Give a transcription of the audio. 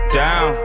down